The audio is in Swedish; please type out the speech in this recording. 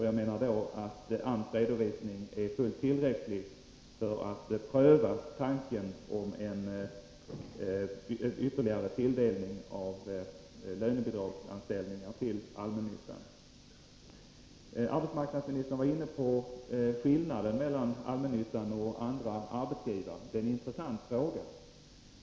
Jag menar att AMS redovisning är fullt tillräcklig för att man skall kunna pröva uppslaget om ytterligare tilldelning av lönebidragsanställningar till allmännyttan. Arbetsmarknadsministern var inne på skillnaden mellan allmännyttan och andra arbetsgivare. Det är en intressant fråga.